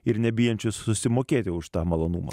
ir nebijančius susimokėti už tą malonumą